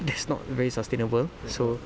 that's not very sustainable so